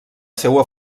seua